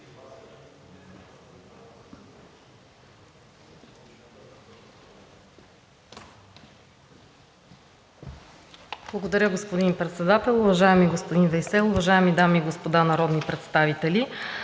Благодаря, господин Председател. Уважаема госпожо Сербезова, уважаеми дами и господа народни представители!